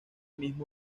mismo